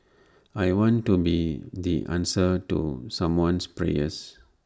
I want to be the answer to someone's prayer